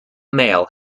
male